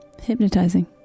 Hypnotizing